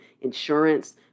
insurance